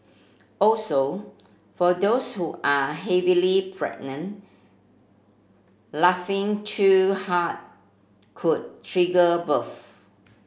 also for those who are heavily pregnant laughing too hard could trigger birth